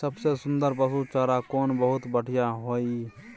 सबसे सुन्दर पसु चारा कोन बहुत बढियां होय इ?